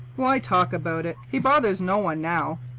why talk about it? he bothers no one now.